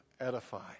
edify